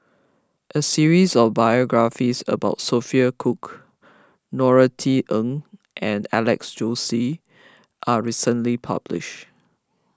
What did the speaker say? a series of biographies about Sophia Cooke Norothy Ng and Alex Josey are recently published